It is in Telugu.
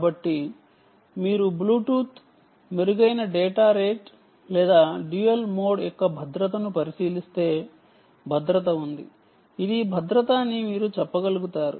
కాబట్టి మీరు బ్లూటూత్ మెరుగైన డేటా రేట్ లేదా డ్యూయల్ మోడ్ యొక్క భద్రతను పరిశీలిస్తే భద్రత ఉంది అని మాత్రమే మీరు చెప్పగలుగుతారు